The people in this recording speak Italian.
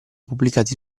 pubblicati